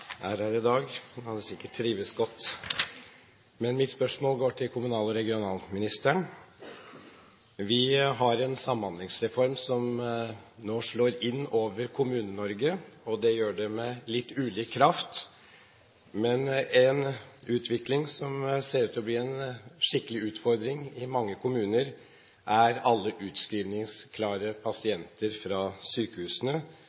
i dag. Hun hadde sikkert trivdes godt. Mitt spørsmål går til kommunal- og regionalministeren. Vi har en samhandlingsreform som nå slår inn over Kommune-Norge, og det gjør den med litt ulik kraft. Men vi ser en utvikling som kommer til å bli en skikkelig utfordring i mange kommuner, nemlig alle